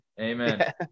Amen